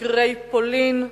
שגרירי פולין,